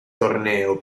torneo